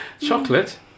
Chocolate